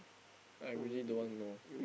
I really don't want know